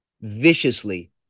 Viciously